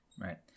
Right